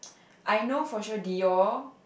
I know for sure Dior